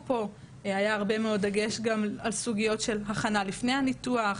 והיה גם הרבה מאוד דגש על סוגיות של הכנה לפני הניתוח,